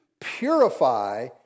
purify